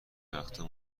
وقتها